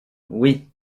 oui